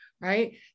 right